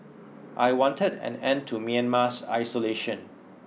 I wanted an end to Myanmar's isolation